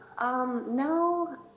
No